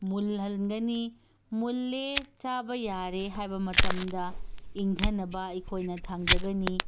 ꯃꯨꯜꯍꯟꯒꯅꯤ ꯃꯨꯜꯂꯦ ꯆꯥꯕ ꯌꯥꯔꯦ ꯍꯥꯏꯕ ꯃꯇꯝꯗ ꯏꯪꯊꯅꯕ ꯑꯩꯈꯣꯏꯅ ꯊꯥꯡꯊꯒꯅꯤ